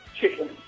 Chicken